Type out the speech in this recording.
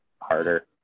harder